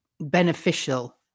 beneficial